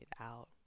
out